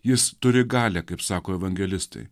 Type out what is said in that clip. jis turi galią kaip sako evangelistai